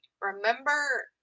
remember